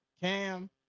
Cam